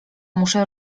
muszę